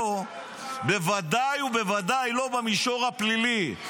בוודאי ובוודאי לא במישור הפלילי.